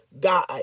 God